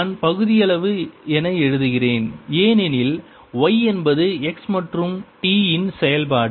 நான் பகுதியளவு என எழுதுகிறேன் ஏனெனில் y என்பது x மற்றும் t இரண்டின் செயல்பாடு